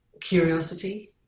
curiosity